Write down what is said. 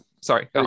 sorry